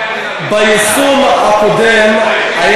מה